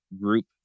group